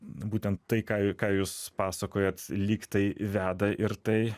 būtent tai ką jūs ką jūs pasakojate lyg tai veda ir tai